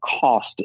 cost